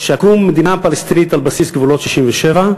שתקום מדינה פלסטינית על בסיס גבולות 1967,